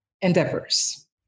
endeavors